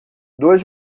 dois